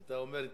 אתה אומר,